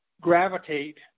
gravitate